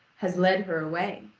has led her away.